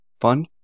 fun